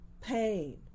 Pain